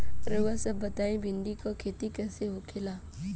रउआ सभ बताई भिंडी क खेती कईसे होखेला?